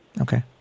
Okay